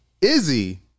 Izzy